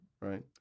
Right